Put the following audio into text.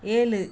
ஏழு